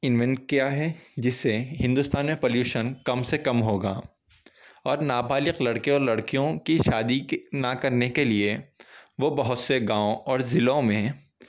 an event کیا ہے جس سے ہندوستان میں پلیوشن کم سے کم ہو گا اور نابالغ لڑکے اور لڑکیوں کی شادی کے نہ کرنے کے لئے وہ بہت سے گاؤں اور ضلعوں میں